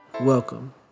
Welcome